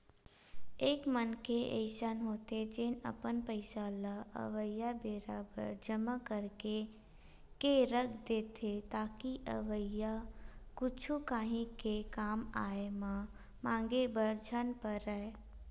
एक मनखे अइसन होथे जेन अपन पइसा ल अवइया बेरा बर जमा करके के रख देथे ताकि अवइया कुछु काही के कामआय म मांगे बर झन परय